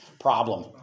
Problem